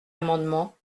amendement